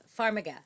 Farmiga